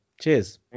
Cheers